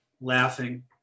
laughing